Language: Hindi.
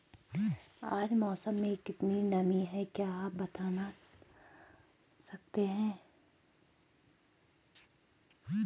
आज मौसम में कितनी नमी है क्या आप बताना सकते हैं?